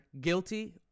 guilty